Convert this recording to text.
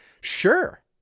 Sure